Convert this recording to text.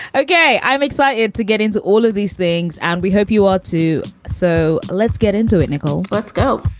okay. i'm excited to get into all of these things. and we hope you are, too. so let's get into it. nicole, let's go